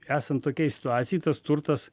esan tokiai situacijai tas turtas